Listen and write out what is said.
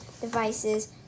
devices